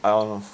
I don't know